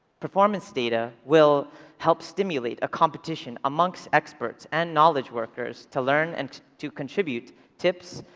performance data will help stimulate a competition amongst experts and knowledge workers to learn and to contribute tips,